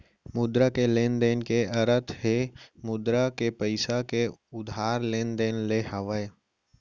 मुद्रा के लेन देन के अरथ हे मुद्रा के पइसा के उधार लेन देन ले हावय